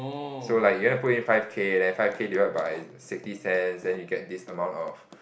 so like you wanna put in five K then five K divide by sixty cents then you get this amount of